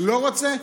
לא רוצה,